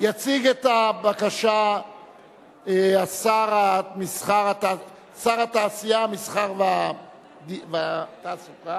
יציג את הבקשה שר התעשייה, המסחר והתעסוקה.